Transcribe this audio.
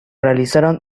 realizaron